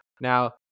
Now